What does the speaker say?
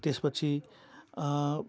त्यस पछि